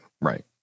right